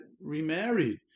remarried